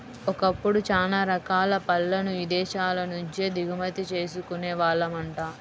ఒకప్పుడు చానా రకాల పళ్ళను ఇదేశాల నుంచే దిగుమతి చేసుకునే వాళ్ళమంట